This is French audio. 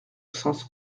sens